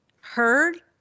heard